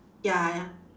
ya ya